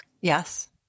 Yes